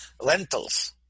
lentils